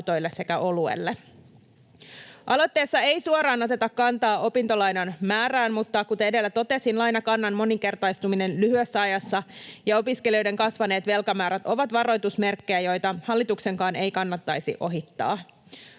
autoille sekä oluelle. Aloitteessa ei suoraan oteta kantaa opintolainan määrään, mutta kuten edellä totesin, lainakannan moninkertaistuminen lyhyessä ajassa ja opiskelijoiden kasvaneet velkamäärät ovat varoitusmerkkejä, joita hallituksenkaan ei kannattaisi ohittaa.